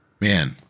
man